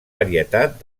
varietat